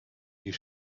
you